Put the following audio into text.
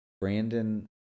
Brandon